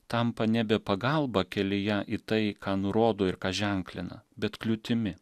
tampa nebe pagalba kelyje į tai ką nurodo ir ką ženklina bet kliūtimi